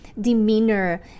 demeanor